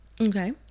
Okay